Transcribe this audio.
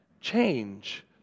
change